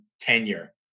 tenure